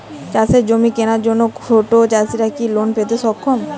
চাষের জমি কেনার জন্য ছোট চাষীরা কি লোন পেতে সক্ষম?